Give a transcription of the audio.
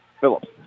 Phillips